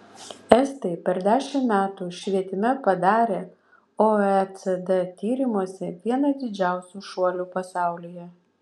estai per dešimt metų švietime padarė oecd tyrimuose vieną didžiausių šuolių pasaulyje